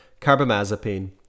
carbamazepine